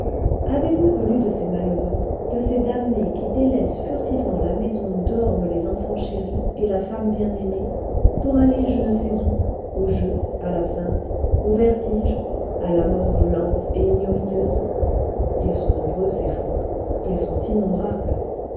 avez-vous connu de ces malheureux de ces damnés qui délaissent furtivement la maison où dorment les enfants chéris et la femme bien-aimée pour aller je ne sais où au jeu à l'absinthe au vertige à la mort lente et ignominieuse ils sont nombreux ces fous ils sont innombrables